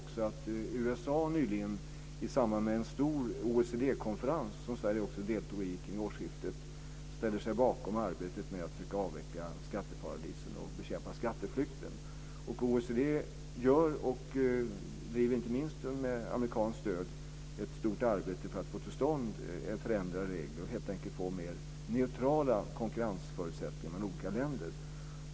USA har nyligen, i samband med en stor OECD-konferens vid årsskiftet som Sverige också deltog i, ställt sig bakom arbetet med att försöka avveckla skatteparadisen och bekämpa skatteflykten. OECD driver, inte minst med amerikanskt stöd, ett stort arbete för att få till stånd förändrade regler och helt enkelt mer neutrala konkurrensförutsättningar mellan olika länder.